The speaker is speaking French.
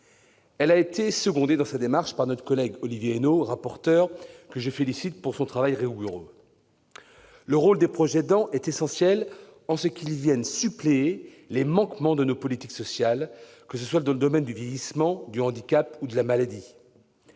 Elle a été secondée dans sa démarche par notre rapporteur Olivier Henno, que je félicite de son travail rigoureux. Le rôle des proches aidants est essentiel, en ce qu'ils viennent suppléer les manquements de nos politiques sociales dans le domaine du vieillissement, du handicap ou de la maladie.